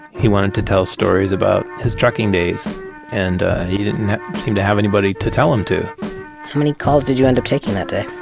he wanted to tell stories about his trucking days and he didn't to have anybody to tell them to how many calls did you end up taking that day?